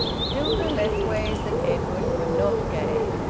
hilda lessways and edwin were not gay,